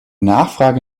nachfrage